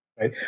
right